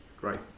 great